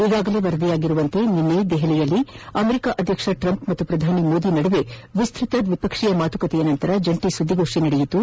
ಈಗಾಗಲೇ ವರದಿಯಾಗಿರುವಂತೆ ನಿನ್ನೆ ದೆಹಲಿಯಲ್ಲಿ ಅಮೆರಿಕಾ ಅಧ್ಯಕ್ಷ ಟ್ರಂಪ್ ಹಾಗೂ ಶ್ರಧಾನಿ ಮೋದಿ ನಡುವೆ ವಿಸ್ತತ ದ್ವಿಪಕ್ಷೀಯ ಮಾತುಕತೆಗಳ ನಂತರ ಜಂಟಿ ಸುದ್ದಿಗೋಷ್ನಿ ನಡೆಯಿತು